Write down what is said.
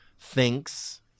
thinks